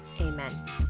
Amen